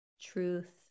truth